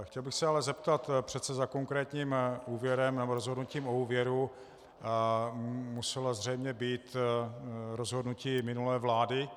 Chtěl bych se ale zeptat, přece za konkrétním úvěrem nebo rozhodnutím o úvěru muselo zřejmě být rozhodnutí minulé vlády.